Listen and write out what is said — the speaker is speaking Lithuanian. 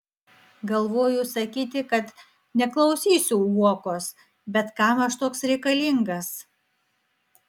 galvoju sakyti kad neklausysiu uokos bet kam aš toks reikalingas